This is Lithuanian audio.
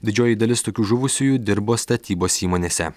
didžioji dalis tokių žuvusiųjų dirbo statybos įmonėse